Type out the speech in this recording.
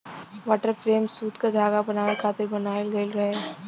water frame सूत क धागा बनावे खातिर बनावल गइल रहे